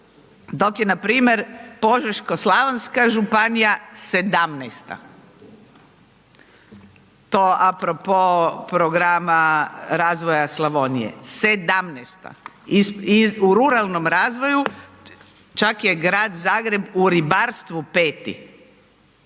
Dok je npr. Požeško-slavonska županija 17-ta, to apropo programa razvoja Slavonije, 17-ta u ruralnom razvoju, čak je Grad Zagreb u ribarstvu 4,